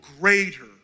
greater